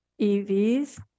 evs